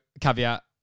caveat